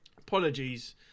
Apologies